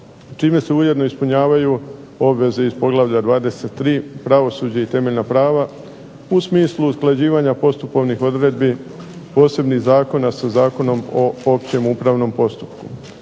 čime se ujedno ispunjavanju obveze iz poglavlja 23. pravosuđe i temeljna prava, u smislu usklađivanja postupovnih odredbi posebnih zakona sa Zakonom o općem upravnom postupku.